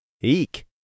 Eek